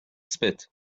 spit